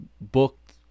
booked